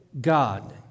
God